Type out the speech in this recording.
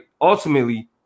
Ultimately